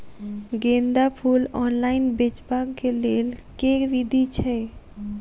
गेंदा फूल ऑनलाइन बेचबाक केँ लेल केँ विधि छैय?